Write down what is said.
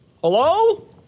hello